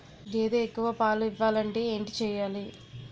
గేదె ఎక్కువ పాలు ఇవ్వాలంటే ఏంటి చెయాలి?